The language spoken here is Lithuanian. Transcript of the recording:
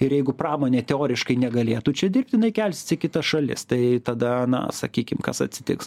ir jeigu pramonė teoriškai negalėtų čia dirbt jinai kelsis į kitas šalis tai tada na sakykim kas atsitiks